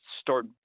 start